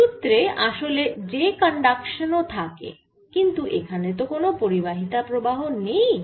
সুত্রে আসলে j conduction ও থাকে কিন্তু এখানে তো কোন পরিবাহিতা প্রবাহ নেই